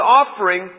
offering